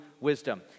wisdom